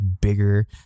bigger